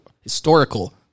historical